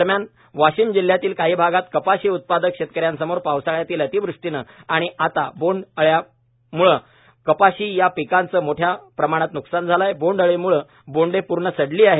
दरम्यान वाशिम जिल्ह्यातील काही भागात कपाशी उत्पादक शेतकऱ्यांसमोर पावसाळ्यातील अतिवृष्टीने आणि आता बोंड अळीमुळे कपाशी या पिकाच मोठ्या प्रमाणात नुकसान झाले आहे बोंड अळी मुळे बोंडे पूर्ण सडली आहे